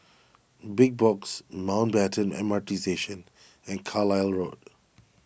Big Box Mountbatten M R T Station and Road